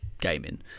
gaming